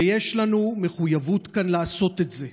ויש לנו מחויבות כאן לעשות את זה.